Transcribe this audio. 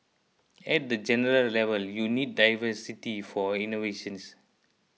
at the general level you need diversity for innovations